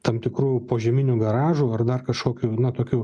tam tikrų požeminių garažų ar dar kažkokių na tokių